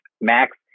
Max